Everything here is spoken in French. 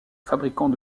fabricant